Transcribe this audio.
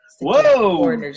Whoa